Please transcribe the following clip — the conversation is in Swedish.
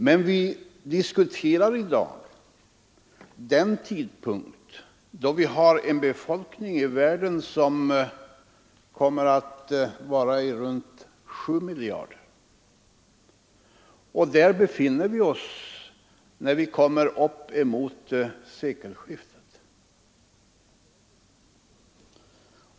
Men i dag diskuterar vi den tidpunkt då världens befolkning uppgår till i runt tal 7 miljarder, och där kommer vi att befinna oss omkring sekelskiftet.